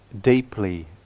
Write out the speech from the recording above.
deeply